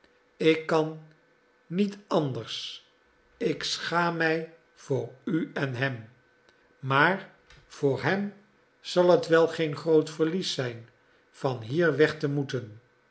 ik kan niet anders ik schaam mij voor u en hem maar voor hem zal het wel geen groot verlies zijn van hier weg te moeten